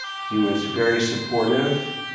he was very supportive.